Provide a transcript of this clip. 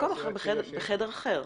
בחדר אחר.